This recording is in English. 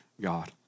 God